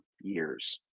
years